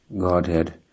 Godhead